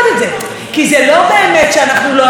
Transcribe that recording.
בואו נתחב את הידיים שלנו לאיפה שאנחנו הולכים